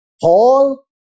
Paul